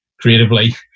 creatively